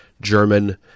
German